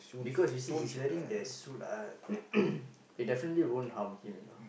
because you see he's wearing the suit ah it definitely won't harm him you know